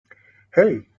hey